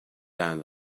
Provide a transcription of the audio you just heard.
down